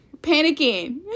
panicking